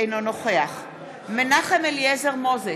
אינו נוכח מנחם אליעזר מוזס,